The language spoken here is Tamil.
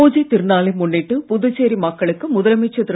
பூஜை திருநாளை முன்னிட்டு புதுச்சேரி மக்களுக்கு முதலமைச்சர் திரு